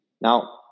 Now